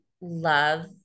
love